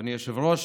אדוני היושב-ראש,